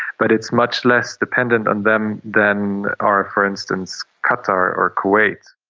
but it's much less dependent on them than are, for instance, qatar or kuwait.